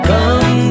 Come